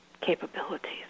capabilities